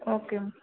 ஓகேம்மா